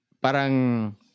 parang